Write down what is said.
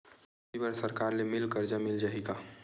खेती बर सरकार ले मिल कर्जा मिल जाहि का?